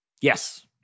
Yes